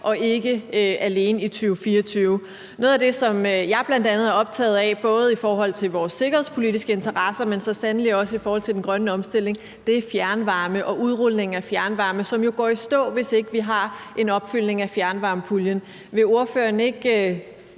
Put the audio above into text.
og ikke alene i 2024. Noget af det, som jeg bl.a. er optaget af både i forhold til vores sikkerhedspolitiske interesser, men så sandelig også i forhold til den grønne omstilling, er fjernvarme og udrulning af fjernvarme, som jo går i stå, hvis ikke vi har en opfyldning af fjernvarmepuljen. Vil ordføreren ikke